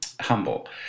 humble